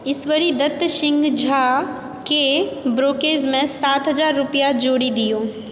ईश्वरीदत्त सिंह झाक ब्रोक्रेज मे सात हजार रुपैया जोड़ि दियौक